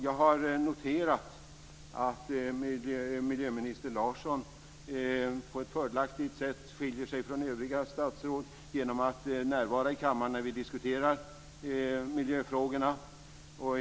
Jag har noterat att miljöminister Larsson på ett fördelaktigt sätt skiljer sig från övriga statsråd genom att närvara i kammaren när vi diskuterar miljöfrågorna.